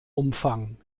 umfang